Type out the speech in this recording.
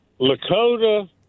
Lakota